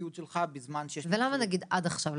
הציוד שלך" בזמן שיש --- אבל למה עד עכשיו,